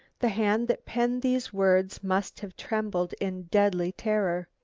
the hand that penned these words must have trembled in deadly terror.